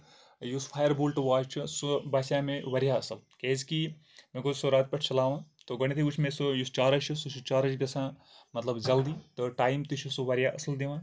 یُس Fire Boltt watch چھُ سُہ باسے مےٚ واریاہ اَصٕل کیازِ کہِ مےٚ گوٚو سُہ راتہٕ پٮ۪ٹھ چلاوان تہٕ گۄڈٕنیتھٕے وٕچھ مےٚ سُہ یُس چارٕج چھُ سُہ چھُ چارٕج گژھان مطلب جلدی تہٕ ٹایم تہِ چھُ واریاہ اَصٕل دِوان